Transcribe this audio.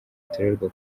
atorerwa